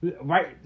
Right